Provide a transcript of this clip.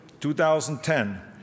2010